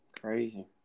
Crazy